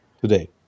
today